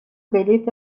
بلیط